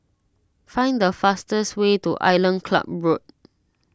find the fastest way to Island Club Road